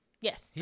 Yes